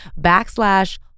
backslash